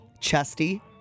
Chesty